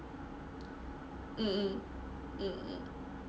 mm mm mm